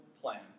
plan